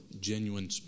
genuine